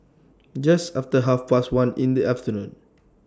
Just after Half Past one in The afternoon